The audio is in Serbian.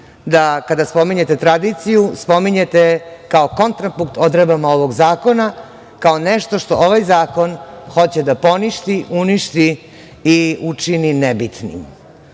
da kada spominjete tradiciju spominjete kao kontrapunkt odredbama ovog zakona kao nešto što ovaj zakon hoće da poništi, uništi i učini nebitnim,